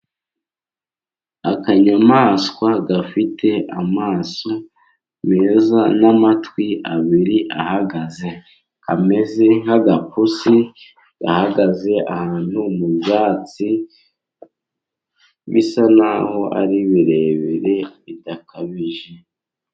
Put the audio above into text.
Akanyamaswa gafite amaso meza, n'amatwi abiri ahagaze, kameze nk'agapusi gahagaze ahantu mu byatsi bisa naho ari birebire bidakabije.